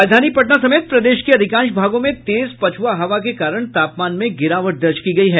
राजधानी पटना समेत प्रदेश के अधिकांश भागों में तेज पछुआ हवा के कारण तापमान में गिरावट दर्ज की गयी है